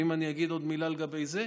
ואם אני אגיד עוד מילה לגבי זה,